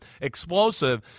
explosive